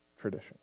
tradition